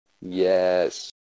Yes